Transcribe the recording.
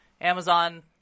Amazon